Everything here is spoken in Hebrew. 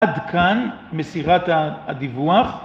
עד כאן מסירת הדיווח